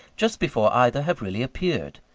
just before either have really appeared!